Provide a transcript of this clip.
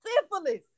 Syphilis